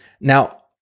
now